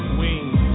wings